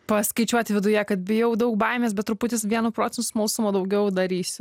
paskaičiuoti viduje kad bijau daug baimės bet truputis vienu procesu smalsumo daugiau darysi